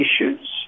issues